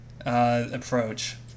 approach